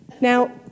now